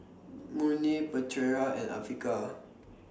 Murni Putera and Afiqah